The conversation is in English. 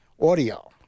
Audio